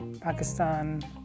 Pakistan